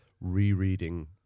rereading